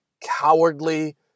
cowardly